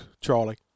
Charlie